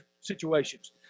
situations